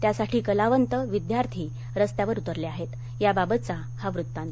त्यासाठी कलावंत विद्यार्थी रस्त्यावर उतरले आहेत त्या बाबतचा हा वृत्तांत